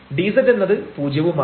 dz എന്നത് പൂജ്യവുമാണ്